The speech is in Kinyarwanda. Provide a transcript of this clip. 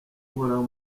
uhoraho